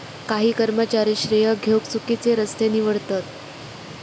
काही कर्मचारी श्रेय घेउक चुकिचे रस्ते निवडतत